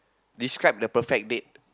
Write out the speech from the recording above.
describe the perfect date